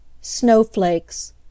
Snowflakes